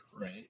right